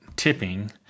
tipping